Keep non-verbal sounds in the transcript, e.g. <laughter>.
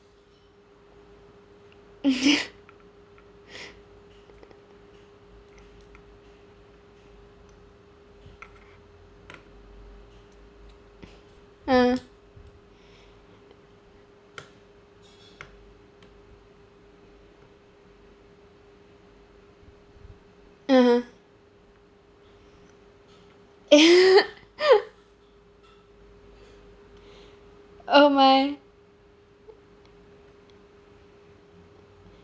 <laughs> <breath> ah (uh huh) <laughs> oh my